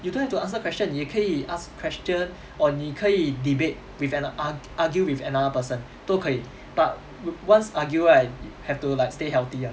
you don't have to answer question you 可以 ask question or 你可以 debate with an ar~ argue with another person 都可以 but once argue right have to like stay healthy uh